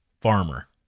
farmer